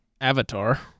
Avatar